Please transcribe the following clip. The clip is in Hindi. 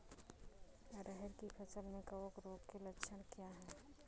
अरहर की फसल में कवक रोग के लक्षण क्या है?